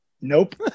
Nope